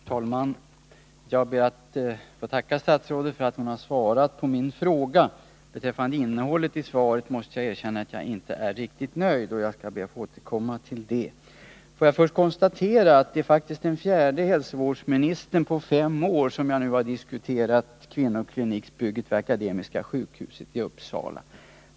Herr talman! Jag ber att få tacka statsrådet för att hon har svarat på min fråga. Beträffande innehållet varet måste jag erkänna att jag inte är riktigt nöjd, och jag skall be att få återkomma till det. Får jag först konstatera att det faktiskt är den fjärde hälsovårdsministern på fem år som jag nu diskuterar kvinnokliniksbygget vid Akademiska sjukhuset i Uppsala med.